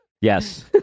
Yes